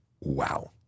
wow